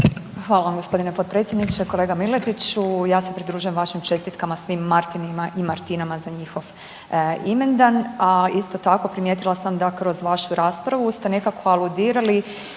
Hvala gospodine potpredsjedniče. Kolega Miletiću ja se pridružujem vašim čestitkama svim Martinima i Martinama za njihov imendan. A isto tako primijetila sam da kroz vašu raspravu ste nekako aludirali